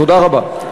תודה רבה.